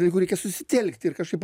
jeigu reikia susitelkti ir kažkaip